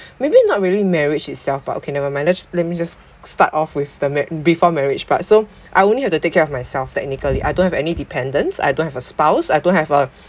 maybe not really marriage itself but okay never mind let's let me just start off with the m~ before marriage part so I only have to take care of myself technically I don't have any dependence I don't have a spouse I don't have a